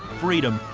freedom,